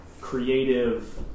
creative